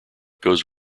goes